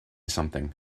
something